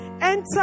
Enter